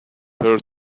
her